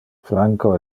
franco